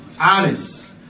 honest